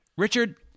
Richard